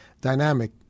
dynamic